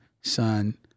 Son